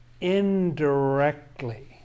indirectly